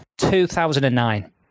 2009